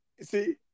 See